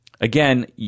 Again